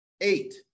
Eight